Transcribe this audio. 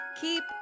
keep